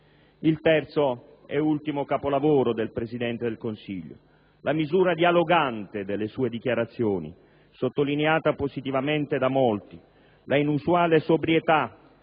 Il terzo ed ultimo capolavoro del Presidente del Consiglio è la misura dialogante delle sue dichiarazioni, sottolineata positivamente da molti, la inusuale sobrietà